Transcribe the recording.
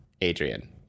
Adrian